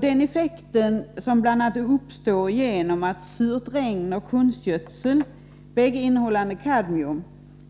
Till följd av bl.a. surt regn och konstgödsel, som innehåller kadmium,